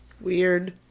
Weird